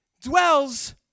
dwells